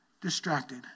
distracted